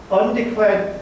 undeclared